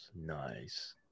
nice